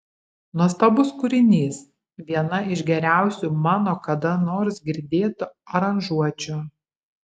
nuostabus kūrinys viena iš geriausių mano kada nors girdėtų aranžuočių